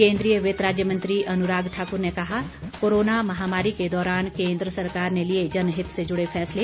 केंद्रीय वित्त राज्य मंत्री अनुराग ठाकुर ने कहा कोरोना महामारी के दौरान केंद्र सरकार ने लिए जनहित से जुड़े फैसले